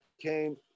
came